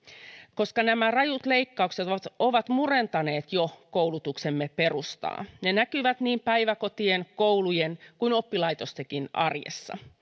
koska nämä rajut leikkaukset ovat murentaneet jo koulutuksemme perustaa ne näkyvät niin päiväkotien koulujen kuin oppilaitostenkin arjessa